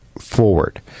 forward